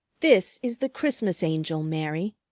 this is the christmas angel, mary,